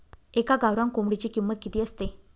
एका गावरान कोंबडीची किंमत किती असते?